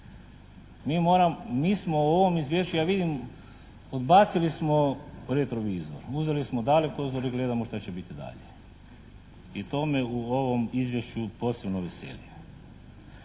mi smo u ovom izvješću, ja vidim odbacili smo retrovizor. Uzeli smo dalekozor i gledamo šta će biti dalje? I to me u ovom izvješću posebno veseli.